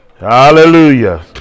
Hallelujah